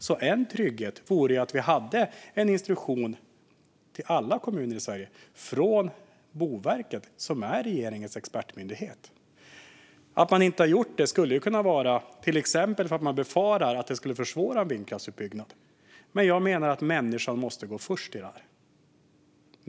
Det vore en trygghet om det fanns en instruktion till alla kommuner i Sverige från Boverket, som är regeringens expertmyndighet. Att man inte har gjort detta skulle till exempel kunna bero på att man befarar att det skulle försvåra en vindkraftsutbyggnad. Men jag menar att människan måste gå först i det här.